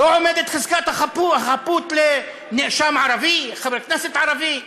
לא עומדת חזקת החפות לנאשם ערבי, חבר כנסת ערבי,